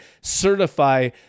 certify